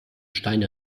steine